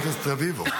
רביבו,